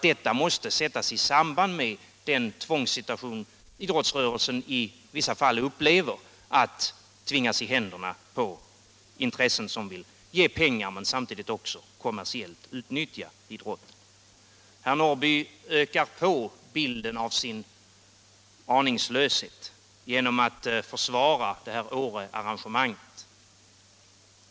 Detta måste sättas i samband med det tvång idrottsrörelsen i vissa fall upplever att ge sig i händerna på intressen som vill ge pengar men samtidigt också kommersiellt utnyttja idrotten. Herr Norrby förstärker bilden av sin aningslöshet genom att försvara Årearrangemanget.